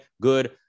good